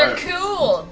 um cool.